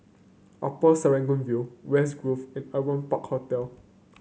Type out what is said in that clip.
Upper Serangoon View West Grove and Aliwal Park Hotel